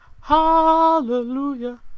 Hallelujah